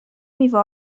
میوه